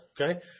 okay